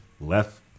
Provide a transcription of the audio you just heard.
left